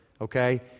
okay